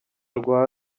rwa